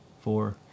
four